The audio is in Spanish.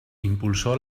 impulsó